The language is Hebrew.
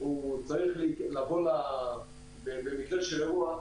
הוא צריך לבוא במקרה של אירוע,